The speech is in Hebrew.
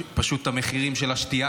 פשוט המחירים של השתייה,